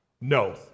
No